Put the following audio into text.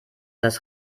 das